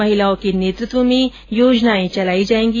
महिलाओं के नेतृत्व में योजनाए चलाई जायेगी